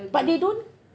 but they don't